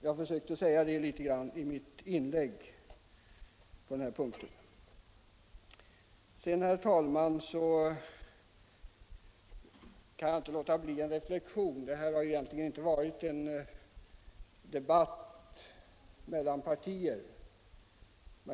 Jag försökte säga detta i mitt tidigare inlägg. Jag kan inte, herr talman, underlåta en reflexion.